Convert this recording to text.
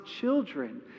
children